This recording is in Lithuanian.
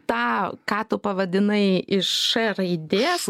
tą ką tu pavadinai iš š raidės